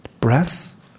Breath